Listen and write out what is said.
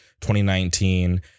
2019